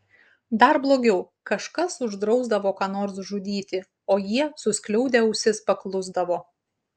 dar blogiau kažkas uždrausdavo ką nors žudyti o jie suskliaudę ausis paklusdavo